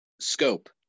scope